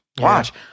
watch